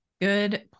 Good